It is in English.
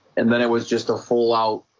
and then it was just a full-out,